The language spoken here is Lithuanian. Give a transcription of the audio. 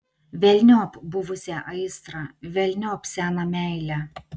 velniop buvusią aistrą velniop seną meilę